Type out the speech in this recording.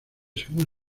según